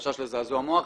חשש לזעזוע מוח,